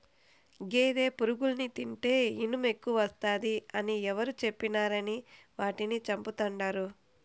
గేదె పురుగుల్ని తింటే ఇనుమెక్కువస్తాది అని ఎవరు చెప్పినారని వాటిని చంపతండాడు